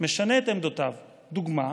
משנה את עמדותיו, דוגמה: